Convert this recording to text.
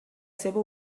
seva